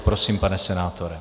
Prosím, pane senátore.